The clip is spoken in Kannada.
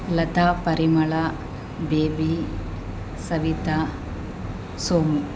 ಲತಾ ಪರಿಮಳ ಬೇಬಿ ಸವಿತಾ ಸೋಮು